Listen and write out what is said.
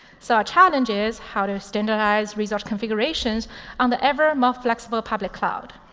so our challenge is how to standardize resource configurations on the ever more flexible public cloud.